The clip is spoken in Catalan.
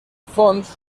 fons